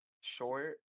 short